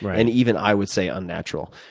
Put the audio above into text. and even i would say unnatural.